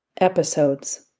episodes